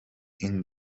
این